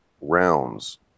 rounds